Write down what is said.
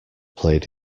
played